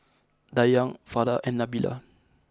Dayang Farah and Nabila